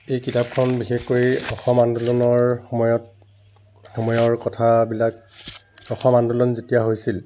এই কিতাপখন বিশেষ কৰি অসম আন্দোলনৰ সময়ত সময়ৰ কথাবিলাক অসম আন্দোলন যেতিয়া হৈছিল